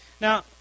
Now